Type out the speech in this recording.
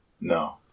No